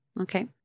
Okay